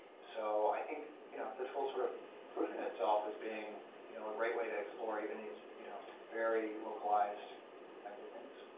so i think you know the tool is sort of proving itself as being you know a great way to explore even these you know very localized kinds of things.